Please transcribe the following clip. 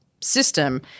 system